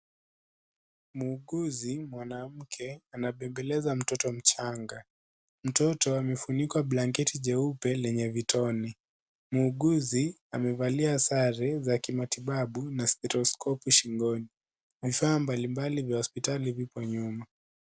Muuguzi mwanamke anabembeleza mtoto mchanga. Mtoto amefunikwa blanketi jeupe lenye vitone. Muuguzi amevalia sare za kimatibabu na stetoskopu shingoni. Vifaa mbalimbali vya hospitali vipo nyuma.